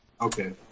Okay